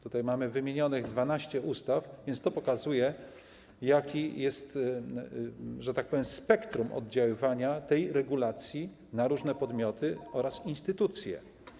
Tutaj mamy wymienione 12 ustaw, więc to pokazuje, jakie jest spektrum oddziaływania tej regulacji na różne podmioty oraz instytucje.